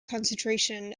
concentration